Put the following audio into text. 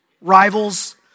rivals